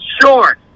sure